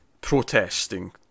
protesting